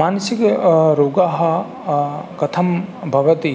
मानसिक रोगः कथं भवति